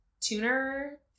tuner